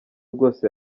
bwose